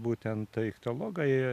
būtent ichtiologai